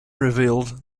revealed